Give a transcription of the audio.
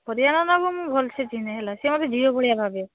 ହରିଆ ନନାକୁ ମୁଁ ଭଲସେ ଚିହ୍ନେ ହେଲା ସିଏ ମୋତେ ଝିଅ ଭଳିଆ ଭାବେ